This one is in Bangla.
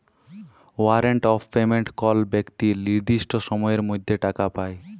ওয়ারেন্ট অফ পেমেন্ট কল বেক্তি লির্দিষ্ট সময়ের মধ্যে টাকা পায়